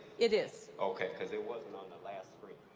it is. okay, because it wasn't on the last screen.